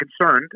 concerned